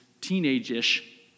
teenage-ish